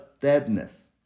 deadness